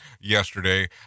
yesterday